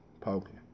poking